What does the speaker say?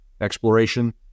exploration